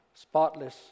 spotless